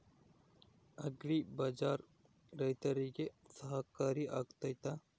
Agri bazaar ರೈತರಿಗೆ ಸಹಕಾರಿ ಆಗ್ತೈತಾ?